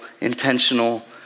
intentional